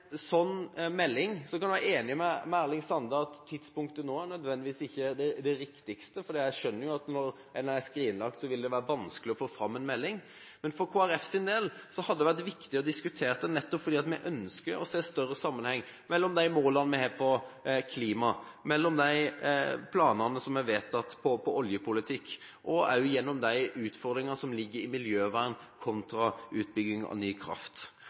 sånn melding. Jeg kan være enig med Erling Sande i at tidspunktet nå nødvendigvis ikke er det riktigste, for jeg skjønner at når NOU-en er skrinlagt, vil det være vanskelig å få fram en melding. Men for Kristelig Folkepartis del hadde det vært viktig å diskutere dette, nettopp fordi vi ønsker å se en større sammenheng mellom de målene vi har for klima, og de planene som er vedtatt for oljepolitikk, og de utfordringene som ligger i miljøvern kontra utbygging av ny kraft.